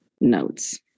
notes